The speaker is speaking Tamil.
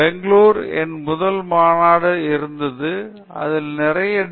பெங்களூரில் என் முதல் மாநாடு இருந்தது அதில் நிறைய டி